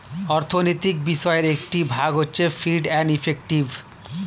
অর্থনৈতিক বিষয়ের একটি ভাগ হচ্ছে ফিস এন্ড ইফেক্টিভ